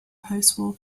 postwar